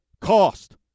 cost